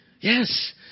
Yes